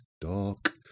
dark